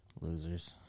Losers